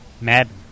Madden